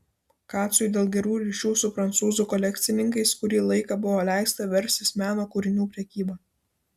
kacui dėl gerų ryšių su prancūzų kolekcininkais kurį laiką buvo leista verstis meno kūrinių prekyba